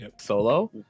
solo